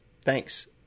thanks